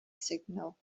signal